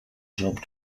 job